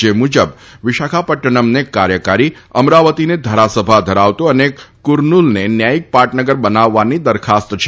જે મુજબ વિશાખાપદનમને કાર્યકારી અમરાવતીને ધારાસભા ધરાવતું અને કુર્નુલને ન્યાયિક પાટનગર બનાવવાની દરખાસ્ત છે